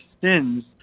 sins